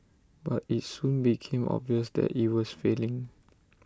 but IT soon became obvious that IT was failing